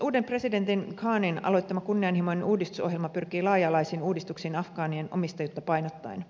uuden presidentin ghanin aloittama kunnianhimoinen uudistusohjelma pyrkii laaja alaisiin uudistuksiin afgaanien omistajuutta painottaen